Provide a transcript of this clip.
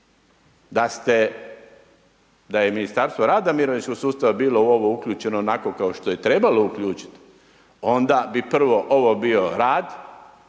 Da je Ministarstvo rada i mirovinskog sustava bilo u ovo uključeno onako kao što je trebalo uključiti onda bi prvo ovo bio rad,